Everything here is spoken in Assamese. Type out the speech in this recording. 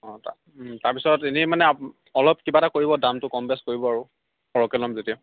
অঁ তাৰ পিছত এনেই মানে অলপ কিবা এটা কৰিব দামটো কম বেছ কৰিব আৰু সৰহকৈ ল'ম যেতিয়া